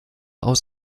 aus